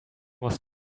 was